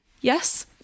yes